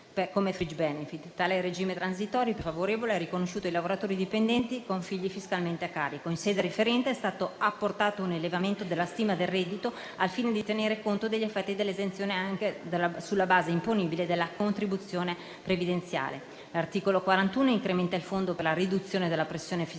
(*fringe benefit*). Tale regime transitorio più favorevole è riconosciuto ai lavoratori dipendenti con figli fiscalmente a carico. In sede referente, è stato approvato un elevamento della stima del relativo onere finanziario, al fine di tener conto degli effetti dell'esenzione anche sulla base imponibile della contribuzione previdenziale. L'articolo 41 incrementa il Fondo per la riduzione della pressione fiscale